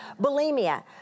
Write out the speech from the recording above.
Bulimia